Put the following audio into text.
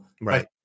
Right